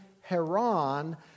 Haran